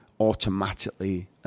automatically